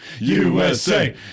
USA